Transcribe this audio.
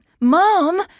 Mom